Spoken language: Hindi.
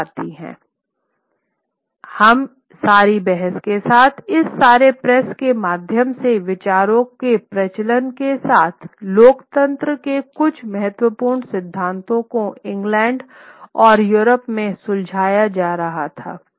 इस सारी बहस के साथ इस सारे प्रेस के माध्यम से विचारों के प्रचलन के साथ लोकतंत्र के कुछ महत्वपूर्ण सिद्धांतों को इंग्लैंड और यूरोप में सुलझाया जा रहा था